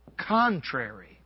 contrary